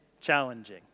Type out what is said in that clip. Challenging